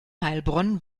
heilbronn